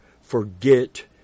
forget